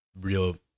real